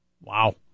Wow